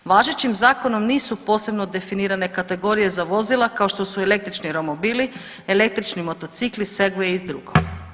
Važećim zakonom nisu posebno definirane kategorije za vozila kao što su električni romobili, električni motocikli, sugweyi i slično.